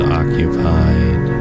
occupied